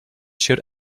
showed